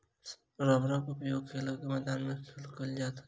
रबड़क उपयोग खेलक मैदान मे सेहो कयल जाइत अछि